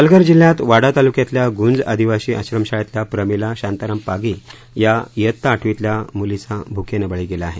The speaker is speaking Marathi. पालघर जिल्ह्यात वाडा तालुक्यातल्या गुंज आदिवासी आश्रमशाळेतल्या प्रमिला शांताराम पागी या वित्ता आठवीतल्या मुलीचा भुकेनं बळी गेला आहे